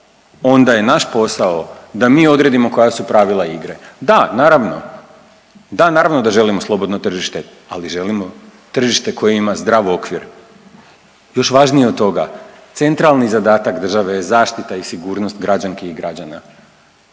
onda je naš posao da mi odredimo koja su pravila igre. Da naravno da želimo slobodno tržište, ali želimo tržište koje ima zdrav okvir. Još važnije od toga centralni zadatak države je zaštita i sigurnost građanki i građana.